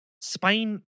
Spain